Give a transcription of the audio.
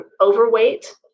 overweight